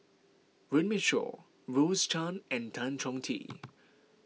Runme Shaw Rose Chan and Tan Chong Tee